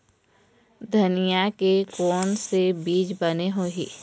धनिया के कोन से बीज बने होही?